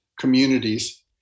communities